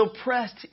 oppressed